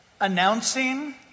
announcing